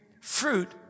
fruit